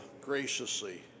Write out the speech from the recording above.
graciously